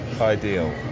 ideal